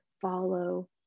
follow